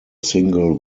single